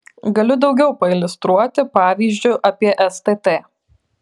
galiu daugiau pailiustruoti pavyzdžiu apie stt